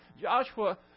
Joshua